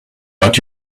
but